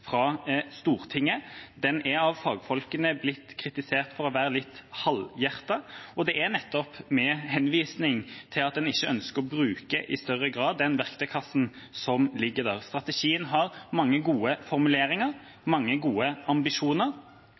fra Stortinget. Den er av fagfolkene blitt kritisert for å være litt halvhjertet, og det er nettopp med henvisning til at en ikke i større grad ønsker å bruke den verktøykassen som ligger der. Strategien har mange gode formuleringer, mange gode ambisjoner,